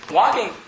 walking